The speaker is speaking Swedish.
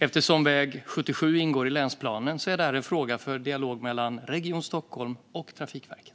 Eftersom väg 77 ingår i länsplanen är det en fråga för dialog mellan Region Stockholm och Trafikverket.